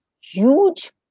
huge